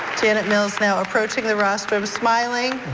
janet mills now approaching the rostrum, smiling,